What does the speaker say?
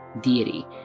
deity